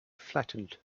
flattened